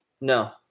no